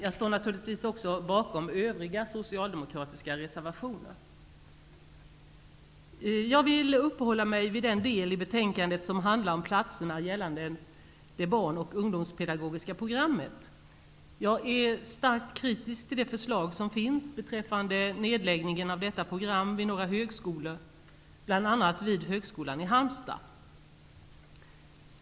Jag står naturligtvis också bakom övriga socialdemokratiska reservationer. Jag vill uppehålla mig vid den del i betänkandet som handlar om platserna inom det barn och ungdomspedagogiska programmet. Jag är starkt kritisk till det förslag som finns beträffande nedläggningen av detta program vid några högskolor -- bl.a. vid högskolan i Halmstad.